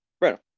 Right